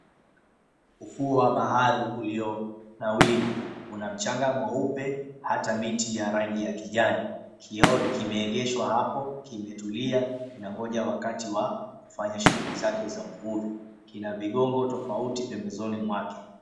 Ufuo wa bahari ulionawiri una mchanga mweupe hata miti ya rangi ya kijani. Kiore kimeegeshwa hapo kimetulia kinangoja wakati wa kufanya shughuli zake za uvuvi. Kina vigongo tofauti pembezoni mwake.